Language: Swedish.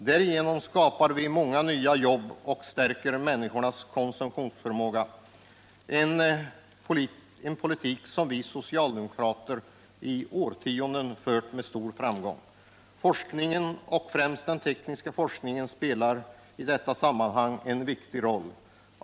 Därigenom skapar vi många nya jobb och stärker människornas konsumtionsmöjligheter. Det är en politik som vi socialdemokrater i årtionden har fört med stor framgång. Forskningen, och då främst den tekniska forskningen, spelar i det sammanhanget en viktig roll.